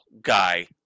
guy